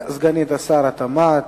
סגנית שר התמ"ת,